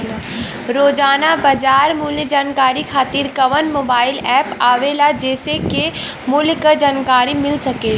रोजाना बाजार मूल्य जानकारी खातीर कवन मोबाइल ऐप आवेला जेसे के मूल्य क जानकारी मिल सके?